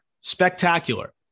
spectacular